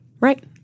Right